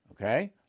okay